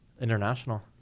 International